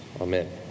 Amen